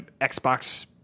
xbox